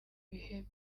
bihe